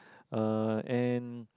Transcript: uh and